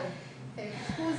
על אשפוז,